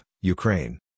Ukraine